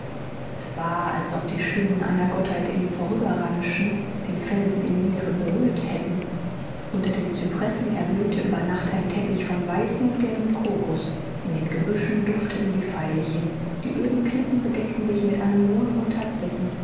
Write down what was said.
es war als ob die schwingen einer gottheit im vorüberrauschen den felsen im meere berührt hätten unter den cypressen erblühte über nacht ein teppich von weißen und gelben crocus in den gebüschen dufteten die veilchen die öden klippen bedeckten sich mit anemonen und